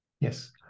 yes